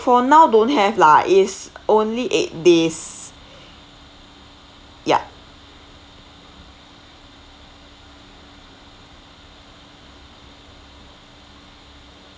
for now don't have lah it's only eight days ya